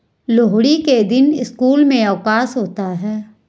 लोहड़ी के दिन स्कूल में अवकाश होता है